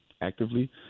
actively